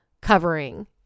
covering